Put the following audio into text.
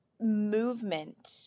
movement